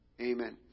Amen